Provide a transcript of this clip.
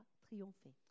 triomphé